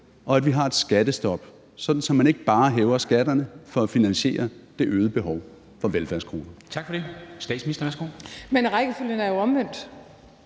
og at vi har et skattestop, sådan at man ikke bare hæver skatterne for at finansiere det øgede behov for velfærdskroner?